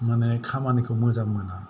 माने खामानिखौ मोजां मोना